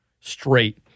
straight